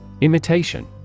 Imitation